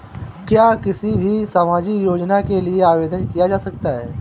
क्या किसी भी सामाजिक योजना के लिए आवेदन किया जा सकता है?